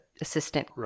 assistant